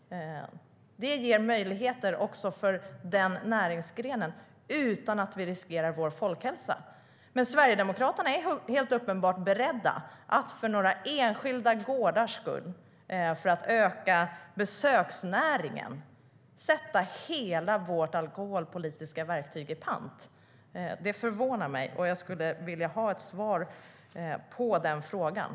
Detta ger möjligheter också för den näringsgrenen utan att vi riskerar vår folkhälsa. Men Sverigedemokraterna är helt uppenbart beredda att för att öka besöksnäringen vid några enskilda gårdar sätta hela vårt alkoholpolitiska verktyg i pant. Det förvånar mig, och jag skulle vilja ha ett svar på den frågan.